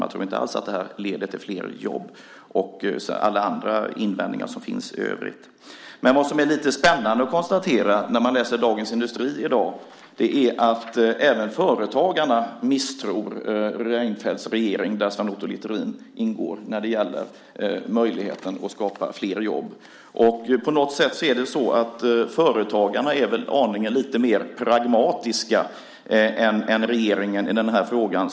Man tror inte alls att det här leder till flera jobb, och till det kommer alla andra invändningar som finns i övrigt. Något som är lite spännande att konstatera när man läser Dagens Industri i dag, är att även företagarna misstror Reinfeldts regering, där Sven Otto Littorin ingår, när det gäller möjligheten att skapa flera jobb. På något sätt är väl företagarna aningen mer pragmatiska än regeringen i den här frågan.